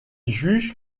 juge